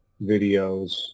videos